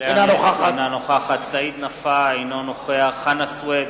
אינה נוכחת סעיד נפאע, אינו נוכח חנא סוייד,